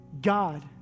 God